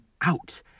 out